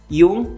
yung